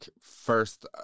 first